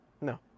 No